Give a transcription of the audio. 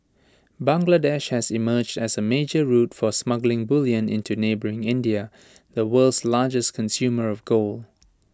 Bangladesh has emerged as A major route for smuggled bullion into neighbouring India the world's largest consumer of gold